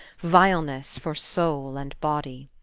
vileness for soul and body.